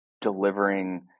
delivering